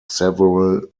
several